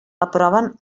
aproven